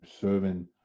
serving